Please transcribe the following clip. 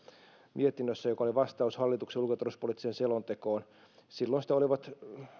mietinnössä joka oli vastaus hallituksen ulko ja turvallisuuspoliittiseen selontekoon silloin sitä olivat